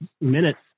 minutes